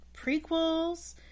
prequels